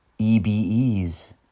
EBEs